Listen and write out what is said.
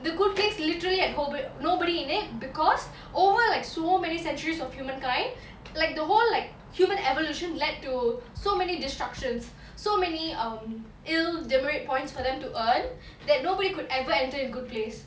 the good place literally had nobody in it because over like so many centuries of humankind like the whole like human evolution led to so many destructions so many um ill demerit points for them to earn that nobody could ever enter in good place